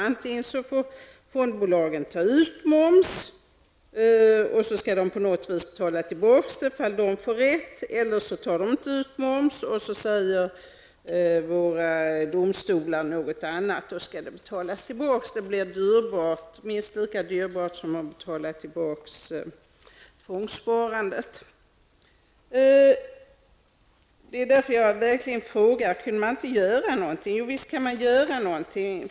Antingen får fondbolagen ta ut moms och så skall de på något sätt betala tillbaka den om de får rätt. Det blir minst lika dyrbart som att betala tillbaka tvångssparandet. Eller också tar de inte ut moms och så säger våra domstolar något annat. Det är därför jag har frågat: Kan man inte göra någonting? Jo, visst kan man göra någonting.